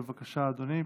בבקשה, אדוני.